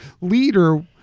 leader